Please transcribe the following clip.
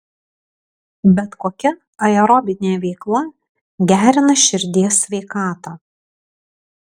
bet kokia aerobinė veikla gerina širdies sveikatą